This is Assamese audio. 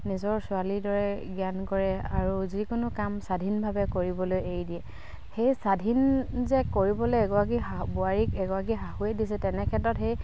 নিজৰ ছোৱালীৰ দৰে জ্ঞান কৰে আৰু যিকোনো কাম স্বাধীনভাৱে কৰিবলৈ এৰি দিয়ে সেই স্বাধীন যে কৰিবলে এগৰাকী বোৱাৰীক এগৰাকী শাহুৱে দিছে তেনে ক্ষেত্ৰত সেই